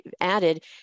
added